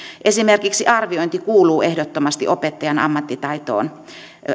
esimerkiksi arviointi kuuluu ehdottomasti opettajan ammattitaitoon